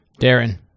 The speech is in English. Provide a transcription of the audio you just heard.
Darren